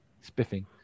Spiffing